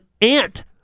ant